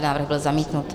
Návrh byl zamítnut.